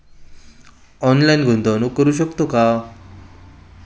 Online गुंतवणूक करू शकतो का?